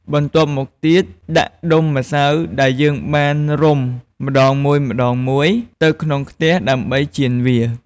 បន្ទាប់មកទៀត ដាក់ដុំម្សៅដែលយើងបានរុំម្ដងមួយៗ ទៅក្នុងខ្ទះ ដើម្បីចៀនវា។